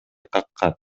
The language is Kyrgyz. каккан